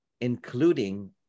including